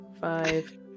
five